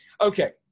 Okay